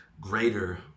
greater